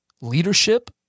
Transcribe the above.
leadership